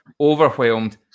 overwhelmed